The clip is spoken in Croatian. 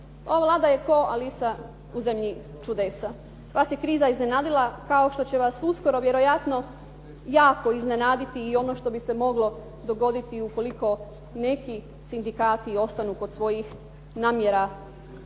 Ova Vlada je kao Alisa u zemlji čudesa. Vas je kriza iznenadila kao što će vas uskoro vjerojatno jako iznenaditi i ono što bi se moglo dogoditi ukoliko neki sindikati ostanu kod svojih namjera.